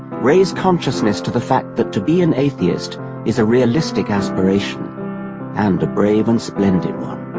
raise consciousness to the fact that to be an atheist is a realistic aspiration and a brave and splendid one